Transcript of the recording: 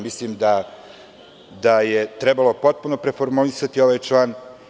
Mislim da je trebalo potpuno preformulisati ovaj član.